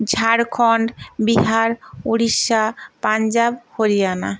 Jharkhand Bihar Orissa Punjab Haryana